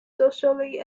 socially